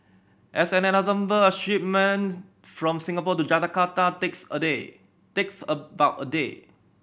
as an example a shipment from Singapore to Jakarta takes a day takes about a day